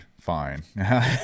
fine